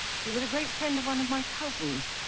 he was a great friend of one of my cousin's